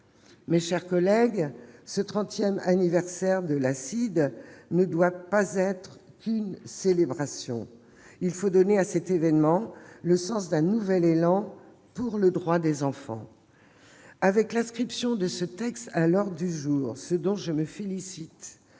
Mes chers collègues, ce trentième anniversaire de la CIDE ne doit pas être qu'une célébration. Il faut lui donner le sens d'un nouvel élan pour les droits des enfants. Avec l'inscription de ce texte à l'ordre du jour, dont je me félicite,